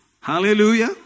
Hallelujah